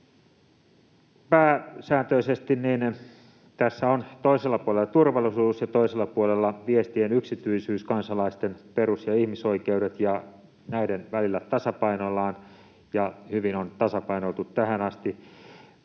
Pääsääntöisesti tässä on toisella puolella turvallisuus ja toisella puolella viestien yksityisyys, kansalaisten perus‑ ja ihmisoikeudet. Näiden välillä tasapainoillaan, ja hyvin on tasapainoiltu tähän asti.